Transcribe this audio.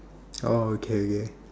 oh okay okay